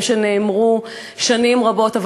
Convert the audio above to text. דברים שנאמרו שנים רבות,